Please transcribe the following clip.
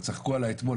צחקו עליי אתמול,